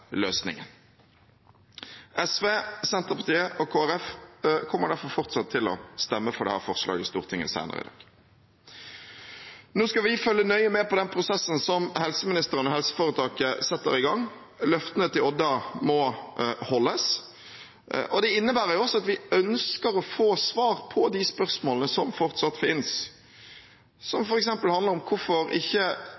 løsningen. Sosialistisk Venstreparti, Senterpartiet og Kristelig Folkeparti kommer derfor fortsatt til å stemme for dette forslaget i Stortinget senere i dag. Nå skal vi følge nøye med på den prosessen som helseministeren og helseforetaket setter i gang. Løftene til Odda må holdes, og det innebærer også at vi ønsker å få svar på de spørsmålene som fortsatt finnes, som